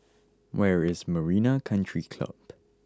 where is Marina Country Club